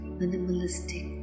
minimalistic